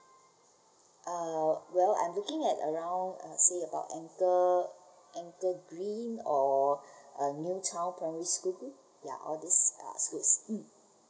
err well I am looking at around uh see about anchor anchor green or uh new town primary school ya all these uh schools um